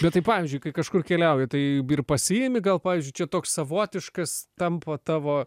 bet tai pavyzdžiui kai kažkur keliauji tai ir pasiimi gal pavyzdžiui čia toks savotiškas tampa tavo